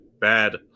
Bad